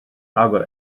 agor